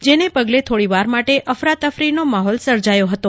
જેને પગલે થોડીવાર માટે અફરાતફરી નો માહોલ સર્જાયો હતો